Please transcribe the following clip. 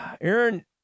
Aaron